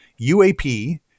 UAP